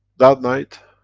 that night,